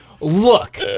look